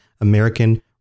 American